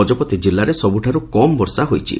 ଗଜପତି ଜିଲ୍ଲାରେ ସବୁଠାରୁ କମ୍ ବର୍ଷା ହୋଇଛି